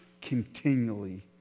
continually